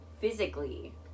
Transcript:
physically